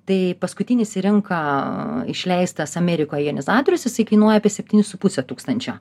tai paskutinis į rinką išleistas amerikoje jonizatorius jisai kainuoja apie septynis su puse tūkstančio